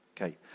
Okay